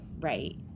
right